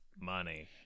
money